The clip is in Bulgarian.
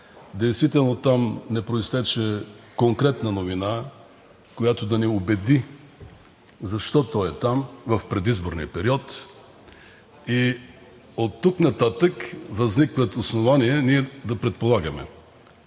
Действително там не произтече конкретна новина, която да ни убеди защо той е там в предизборния период. И оттук нататък възникват основания ние да предполагаме.